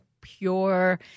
pure